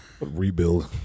rebuild